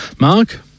Mark